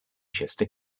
chester